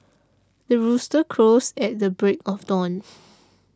the rooster crows at the break of dawn